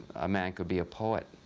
a man could be poet.